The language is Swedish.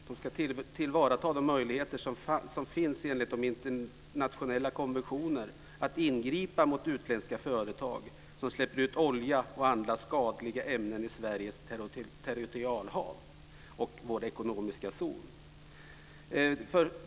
Vi ska tillvarata de möjligheter som finns enligt internationella konventioner att ingripa mot utländska fartyg som släpper ut olja och andra skadliga ämnen i Sveriges territorialhav och vår ekonomiska zon.